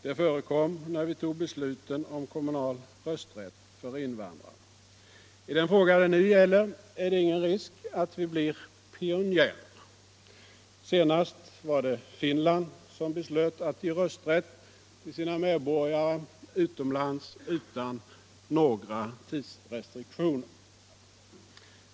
Det förekom när vi tog beslutet om kommunal rösträtt för invandrare. I den fråga det nu gäller är det ingen risk att vi blir pionjärer. Senast var det Finland som beslöt att ge rösträtt till sina medborgare utomlands utan några tidsrestriktioner.